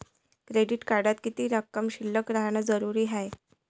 Credit कार्डात किती रक्कम शिल्लक राहानं जरुरी हाय?